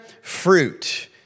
fruit